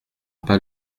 pas